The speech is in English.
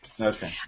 okay